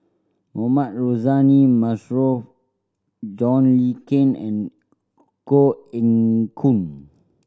Mohamed Rozani Maarof John Le Cain and Koh Eng Hoon